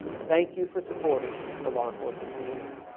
thank you for supporting the law enforcement community